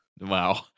Wow